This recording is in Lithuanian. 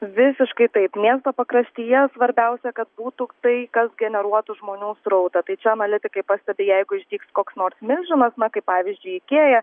visiškai taip miesto pakraštyje svarbiausia kad būtų tai kas generuotų žmonių srautą tai čia analitikai pastebi jeigu išdygs koks nors milžinas na kaip pavyzdžiui ikėja